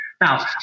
Now